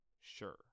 Sure